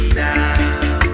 now